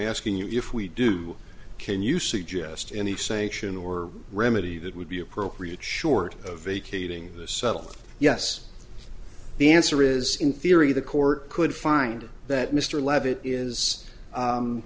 asking you if we do can you suggest any sanction or remedy that would be appropriate short of vacating the subtle yes the answer is in theory the court could find that mr leavitt is